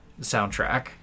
soundtrack